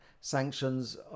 sanctions